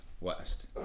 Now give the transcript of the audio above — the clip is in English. West